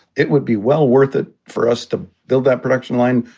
it would be well worth it for us to build that production line,